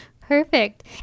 Perfect